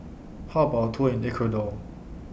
How about A Tour in Ecuador